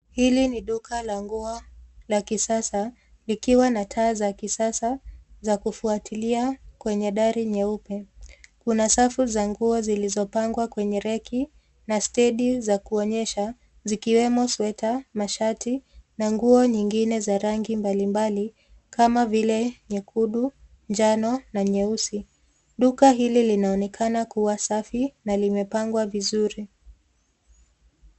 Hili ni duka la nguo la kisasa likiwa na taa za kisasa za kufuatilia kwenye dari nyeupe. Kuna safu za nguo zilizopangwa kwenye reki na stendi za kuonyesha zikiwemo sweta, mashati na nguo nyingine za rangi mbalimbali kama vile nyekundu, njano na nyeusi. Duka hili linaonekana kuwa safi na limepangwa vizuri.